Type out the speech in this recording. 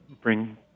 bring